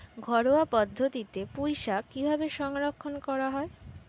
ঘরোয়া পদ্ধতিতে পুই শাক কিভাবে সংরক্ষণ করা হয়?